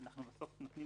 שבסוף אנחנו נותנים